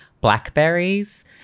blackberries